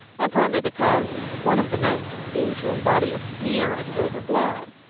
and partly because one of the notes seemed to embody a sneer at gilbert blythe.